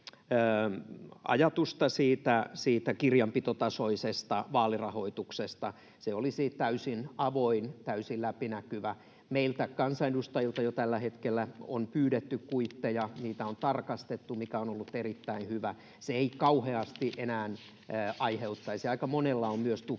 ajatusta kirjanpitotasoisesta vaalirahoituksesta. Se olisi täysin avoin, täysin läpinäkyvä. Meiltä kansanedustajilta jo tällä hetkellä on pyydetty kuitteja. Niitä on tarkastettu, mikä on ollut erittäin hyvä. Se ei kauheasti enää aiheuttaisi... Aika monella on myös